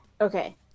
okay